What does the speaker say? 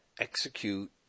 execute